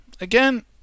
Again